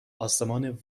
آسمان